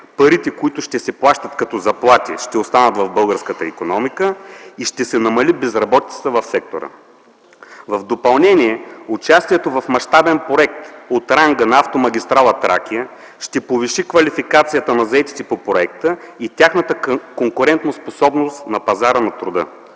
парите, които ще се плащат като заплати, ще останат в българската икономика, и ще се намали безработицата в сектора. В допълнение, участието в мащабен проект от ранга на автомагистрала „Тракия” ще повиши квалификацията на заетите по проекта и тяхната конкурентоспособност на пазара на труда.